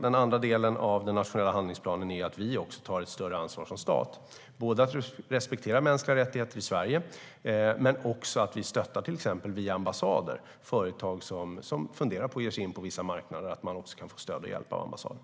Den andra delen av den nationella handlingsplanen är att vi som stat tar ett större ansvar, både när det gäller att respektera mänskliga rättigheter i Sverige och att, exempelvis via ambassader, ge stöd och hjälp till företag som funderar på att ge sig in på vissa marknader.